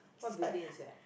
what building is that